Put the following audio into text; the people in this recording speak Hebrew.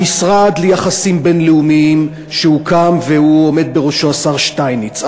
המשרד ליחסים בין-לאומיים הוקם ועומד בראשו השר שטייניץ.